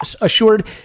assured